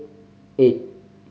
eight